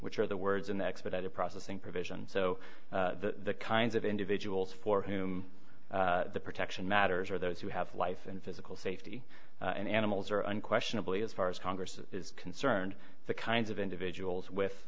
which are the words in the expedited processing provision so the kinds of individuals for whom the protection matters are those who have life in physical safety and animals are unquestionably as far as congress is concerned the kinds of individuals with